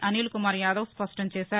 అనిల్కుమార్ యాదవ్ స్పష్టం చేశారు